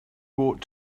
brought